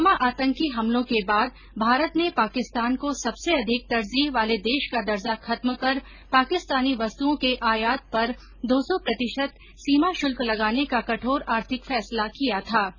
पुलवामा आतंकी हमलों के बाद भारत ने पाकिस्तान को सबसे अधिक तरजीह वाले देश का दर्जा खत्म कर पाकिस्तानी वस्तुओं के आयात पर दो सौ प्रतिशत सीमा शुल्क लगाने का कठोर आर्थिक फैसला किया था